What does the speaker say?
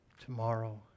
tomorrow